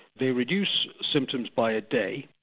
they reduce symptoms by a day,